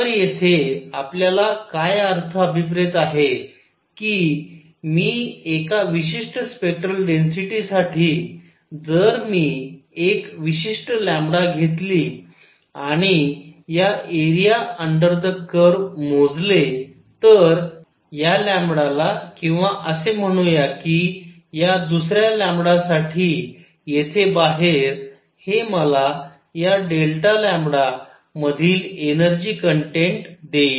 तर येथे आपल्याला काय अर्थ अभिप्रेत आहे कि मी एका विशिष्ट स्पेक्टरल डेन्सिटी साठी जर मी एक विशिष्ट् घेतली आणि या एरिया अंडर द कर्व मोजले तर या लॅम्ब्डाला किंवा असे म्हणूया कि या दुसऱ्या साठी येथे बाहेर हे मला या dमधील एनर्जी कन्टेन्ट देईल